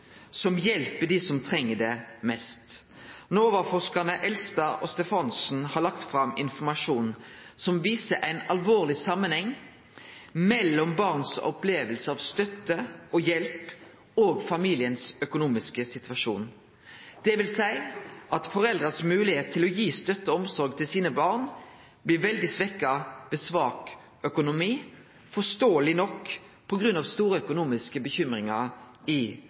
som hjelper dei som treng det mest. NOVA-forskarane Jon Ivar Elstad og Kari Stefansen har lagt fram informasjon som viser ein alvorleg samanheng mellom barns oppleving av støtte og hjelp og familien sin økonomiske situasjon. Det vil seie at foreldra si moglegheit til å gi støtte og omsorg til barna sine blir veldig svekt ved svak økonomi, forståeleg nok på grunn av stor økonomisk uro i